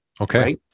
Okay